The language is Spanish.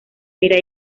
era